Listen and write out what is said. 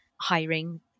hiring